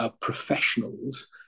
professionals